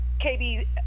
KB